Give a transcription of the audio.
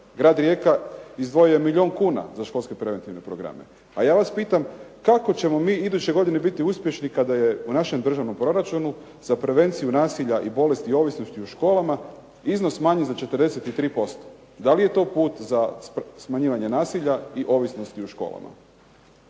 Grad Rijeka izdvojio je milijun kuna za školske preventivne programe. Pa ja vas pitam kako ćemo mi iduće godine biti uspješni kada je u našem državnom proračunu za prevenciju nasilja i bolesti i ovisnosti u školama iznos smanjen za 43%. Da li je to put za smanjivanje nasilja i ovisnosti u školama?